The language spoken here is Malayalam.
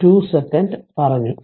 2 സെക്കൻഡ് പറഞ്ഞു